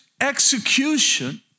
execution